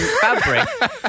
fabric